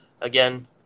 again